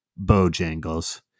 Bojangles